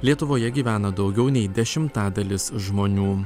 lietuvoje gyvena daugiau nei dešimtadalis žmonių